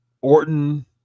orton